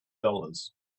dollars